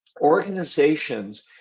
Organizations